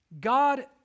God